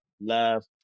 love